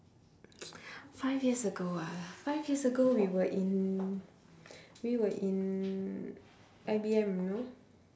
five years ago ah five years ago we were in we were in IBM no